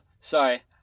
sorry